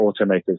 automakers